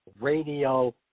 Radio